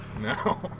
no